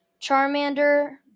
Charmander